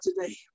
today